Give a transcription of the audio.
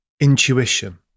intuition